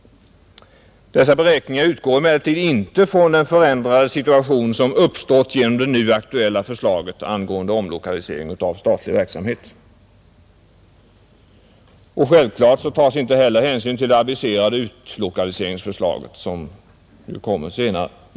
Dessa beräkningar utgår emellertid inte från den förändrade situation som uppstått genom det nu aktuella förslaget angående omlokalisering av statlig verksamhet, och självklart tas heller ingen hänsyn till det aviserade utlokaliseringsförslaget.